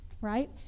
right